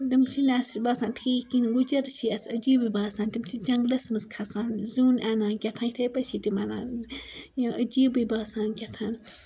تِم چھِنہٕ اَسہِ باسان ٹھیٖک کِہیٖنٛۍ گُجَر چھِ اَسہِ عٔجیٖبٕے باسان تِم چھِ جَنگلَس منٛز کھسان زِیُن اَنان کیٛاہتانۍ یِتھٕے پٲٹھۍ چھِ تِم اَنان عٔجیٖبٕے باسان کیٛاہتام